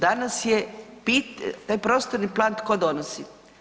Danas taj prostorni plan tko donosi?